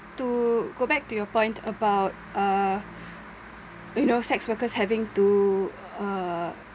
to go back to your point about uh you know sex workers having to uh